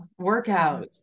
workouts